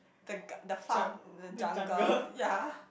the g~ the farm the jungle yea